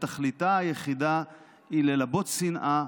ותכליתה היחידה היא ללבות שנאה,